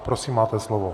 Prosím, máte slovo.